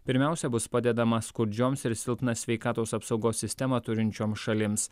pirmiausia bus padedama skurdžioms ir silpną sveikatos apsaugos sistemą turinčiom šalims